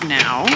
now